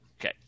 Okay